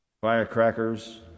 Firecrackers